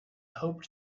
hoped